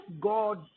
God